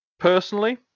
Personally